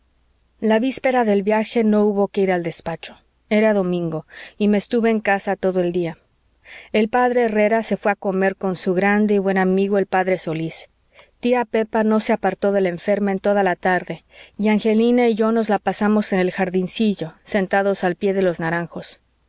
la víspera del viaje no hubo que ir al despacho era domingo y me estuve en casa todo el día el p herrera se fué a comer con su grande y buen amigo el p solís tía pepa no se apartó de la enferma en toda la tarde y angelina y yo nos la pasamos en el jardincillo sentados al pie de los naranjos